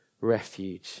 refuge